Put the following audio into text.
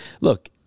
look